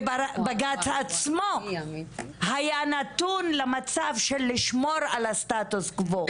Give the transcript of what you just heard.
ובג"צ עצמו היה נתון למצב של לשמו על הסטטוס-קוו,